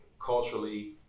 culturally